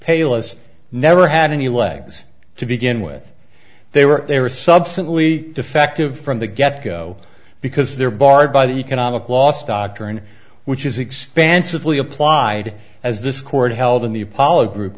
payless never had any legs to begin with they were they were substantively defective from the get go because there barred by the economic loss doctrine which is expansively applied as this court held in the apollo group